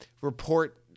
report